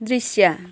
दृश्य